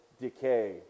decay